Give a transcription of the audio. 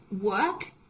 work